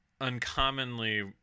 uncommonly